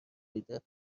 میده